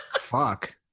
Fuck